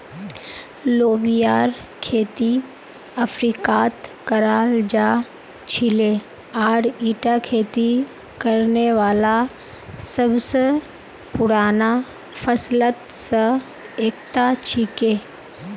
लोबियार खेती अफ्रीकात कराल जा छिले आर ईटा खेती करने वाला सब स पुराना फसलत स एकता छिके